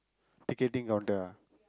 ticketing counter ah